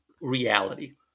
reality